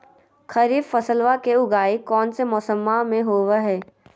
खरीफ फसलवा के उगाई कौन से मौसमा मे होवय है?